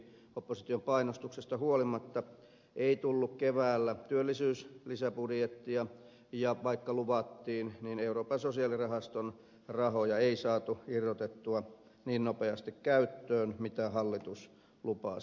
opposition painostuksesta huolimatta ei tullut keväällä työllisyyslisäbudjettia ja vaikka luvattiin euroopan sosiaalirahaston rahoja ei saatu irrotettua niin nopeasti käyttöön kuin hallitus lupasi